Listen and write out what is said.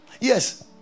Yes